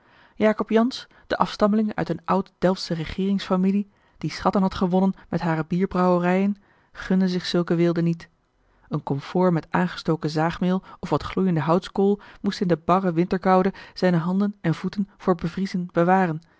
jacob jansz de afstammeling uit eene oud delftsche regeerings familie die schatten had gewonnen met hare bierbrouwerij gunde zich zulke weelde niet een komfoor met aangestoken zaagmeel of wat gloeiende houtskool moest in de barre winterkoude zijne handen en voeten voor bevriezen bewaren